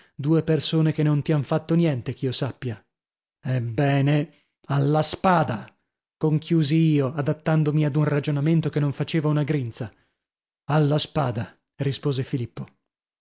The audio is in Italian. due persone che non ti han fatto niente ch'io sappia ebbene alla spada conchiusi io adattandomi ad un ragionamento che non faceva una grinza alla spada rispose filippo